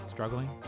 Struggling